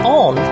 on